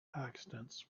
accidents